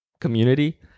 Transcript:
community